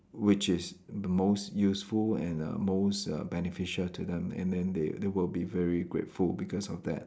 which is the most useful and err most err beneficial to them and then they they will be very grateful because of that